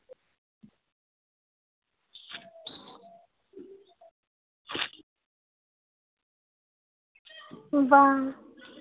ᱵᱟᱝ